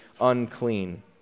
unclean